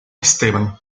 esteban